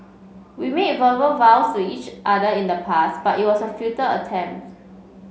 we made verbal vows to each other in the past but it was a futile attempt